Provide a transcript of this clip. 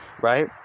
right